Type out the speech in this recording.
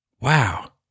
Wow